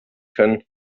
können